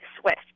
Swift